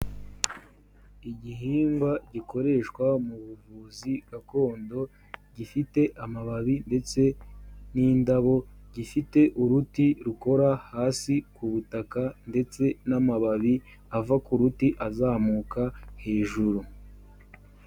Igihingwa gikoreshwa mu buvuzi gakondo, gifite amababi ndetse n'indabo, gifite uruti rukora hasi ku butaka ndetse n'amababi ava ku ruti azamuka hejuru.